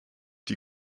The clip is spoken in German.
die